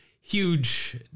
huge